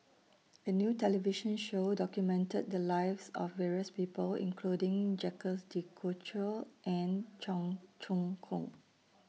A New television Show documented The Lives of various People including Jacques De Coutre and Cheong Choong Kong